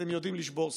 אתם יודעים לשבור שיאים,